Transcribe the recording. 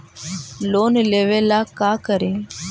Loan लेबे ला का करि?